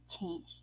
change